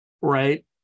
right